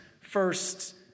first